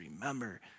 remember